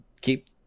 keep